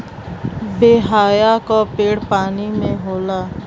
बेहया क पेड़ पानी में होला